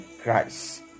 Christ